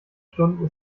stunden